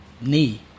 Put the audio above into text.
knee